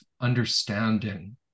understanding